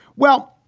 well,